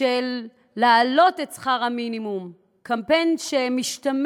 של להעלות את שכר המינימום, קמפיין שמשתמע